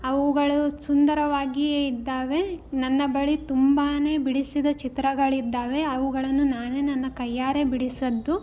ಅವುಗಳು ಸುಂದರವಾಗಿಯೇ ಇದ್ದಾವೆ ನನ್ನ ಬಳಿ ತುಂಬಾ ಬಿಡಿಸಿದ ಚಿತ್ರಗಳಿದ್ದಾವೆ ಅವುಗಳನ್ನು ನಾನೇ ನನ್ನ ಕೈಯಾರೆ ಬಿಡಿಸಿದ್ದು